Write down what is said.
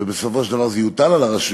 שבסופו של דבר זה יוטל על הרשויות,